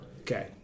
okay